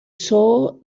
saw